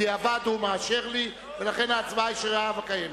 בדיעבד הוא מאשר לי, ולכן ההצבעה שרירה וקיימת.